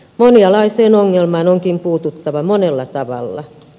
monialaiseen ongelmaan onkin puututtava monella tavalla